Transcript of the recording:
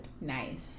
Nice